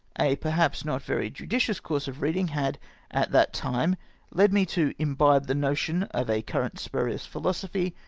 a per haps not very judicious course of reading had at that time led me to imbibe the notion of a current spurious philosophy,